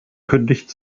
kündigt